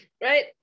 right